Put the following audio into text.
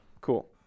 Cool